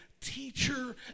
teacher